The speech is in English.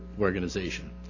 organization